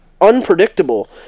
unpredictable